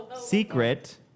secret